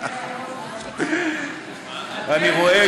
אני רואה